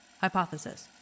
Hypothesis